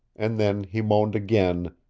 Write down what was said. and then he moaned again,